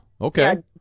Okay